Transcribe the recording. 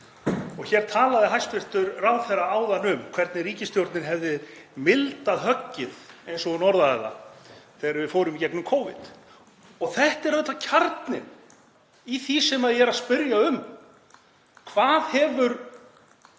Hér talaði hæstv. ráðherra áðan um hvernig ríkisstjórnin hefði mildað höggið, eins og hún orðaði það, þegar við fórum í gegnum Covid. Þetta er auðvitað kjarninn í því sem ég er að spyrja um. Hvað hefur